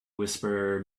whisperer